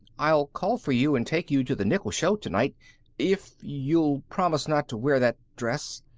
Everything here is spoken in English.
i'll call for you and take you to the nickel show to-night if you'll promise not to wear that dress.